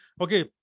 okay